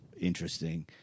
interesting